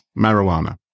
marijuana